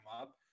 up